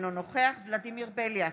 אינו נוכח ולדימיר בליאק,